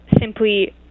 simply